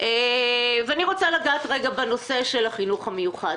אני רוצה לגעת רגע בנושא של החינוך המיוחד.